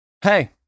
hey